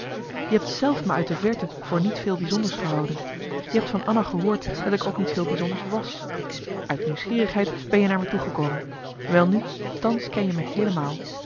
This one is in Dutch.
je hebt zelf me uit de verte voor niet veel bijzonders gehouden je hebt van anna gehoord dat ik ook niet veel bijzonders was uit nieuwsgierigheid ben je naar me toegekomen welnu thans ken je me heelemaal